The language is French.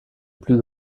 plus